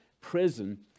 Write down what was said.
prison